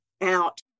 out